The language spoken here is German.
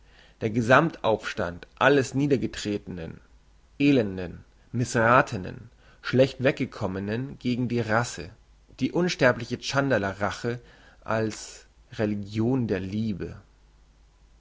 der gesammt aufstand alles niedergetretenen elenden missrathenen schlechtweggekommenen gegen die rasse die unsterbliche tschandala rache als religion der liebe